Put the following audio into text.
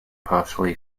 partially